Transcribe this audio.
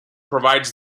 provides